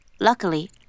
Luckily